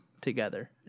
together